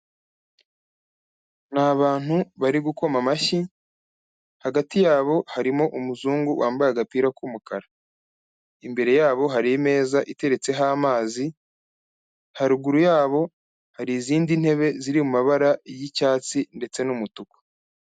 Ni abantu bari gukoma amashyi, hagati yabo harimo umuzungu wambaye agapira k'umukara. Imbere yabo hari imeza iteretseho amazi, haruguru yabo hari izindi ntebe ziri mu mabara y'icyatsi ndetse n'umutuku.